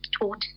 taught